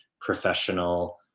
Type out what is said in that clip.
professional